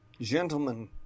gentlemen